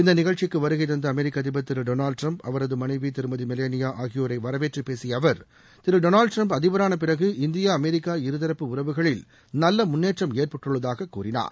இந்த நிகழ்ச்சிக்கு வருகை தந்த அமெரிக்க அதிபர் திரு டொனால்டு டிரம்ப் அவரது மனைவி திருமதி மெலேனியா ஆகியோரை வரவேற்று பேசிய அவர் திரு டொனால்டு டிரம்ப் அதிபரான பிறகு இந்தியா அமெரிக்கா இருதரப்பு உறவுகளில் நல்ல ஏற்பட்டுள்ளதாககூறினார்